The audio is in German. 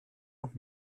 und